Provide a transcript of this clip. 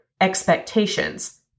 expectations